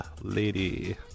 lady